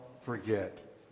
forget